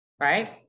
right